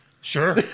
Sure